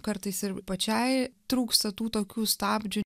kartais ir pačiai trūksta tų tokių stabdžių